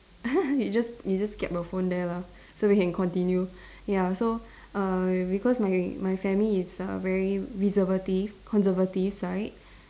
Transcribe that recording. you just you just the phone there lah so we can continue ya so uh because my my family is a very reservertive conservative side